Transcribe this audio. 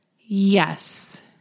Yes